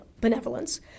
benevolence